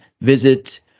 visit